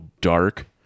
dark